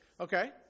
Okay